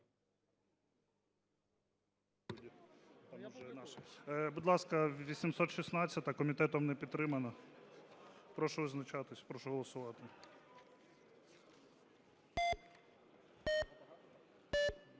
Будь ласка, 816-а, комітетом не підтримана. Прошу визначатись. Прошу голосувати.